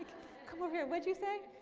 come over here, what did you say?